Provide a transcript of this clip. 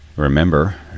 Remember